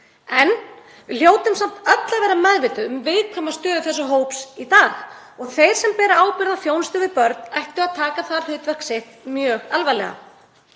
en við hljótum samt öll að vera meðvituð um viðkvæma stöðu þessa hóps í dag. Þeir sem bera ábyrgð á þjónustu við börn ættu að taka það hlutverk sitt mjög alvarlega.